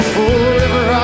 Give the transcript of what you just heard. forever